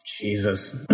Jesus